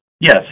Yes